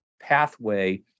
pathway